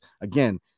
again